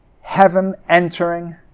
heaven-entering